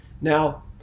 Now